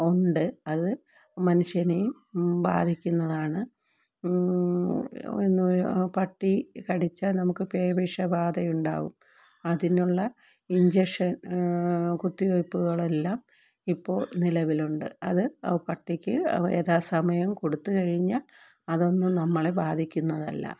ഉണ്ട് അതു മനുഷ്യനെയും ബാധിക്കുന്നതാണ് പട്ടി കടിച്ചാൽ നമുക്ക് പേ വിഷബാധയുണ്ടാകും അതിനുള്ള ഇൻജെക്ഷൻ കുത്തി വെയ്പ്പുകളെല്ലാം ഇപ്പോൾ നിലവിലുണ്ട് അതു പട്ടിക്കു യഥാ സമയം കൊടുത്തു കഴിഞ്ഞാൽ അതൊന്നും നമ്മളെ ബാധിക്കുന്നതല്ല